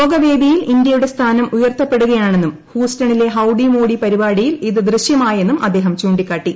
ലോകവേദിയിൽ ഇന്ത്യയുടെ സ്ഥാനം ഉയർത്തപ്പെടുകയാണെന്നും ഹൂസ്റ്റണിലെ ഹൌഡി മോഡി പരിപാടിയിൽ ഇത് ദൃശ്യമായെന്നും അദ്ദേഹം ചൂണ്ടിക്കാട്ടി